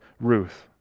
Ruth